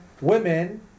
Women